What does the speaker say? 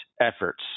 efforts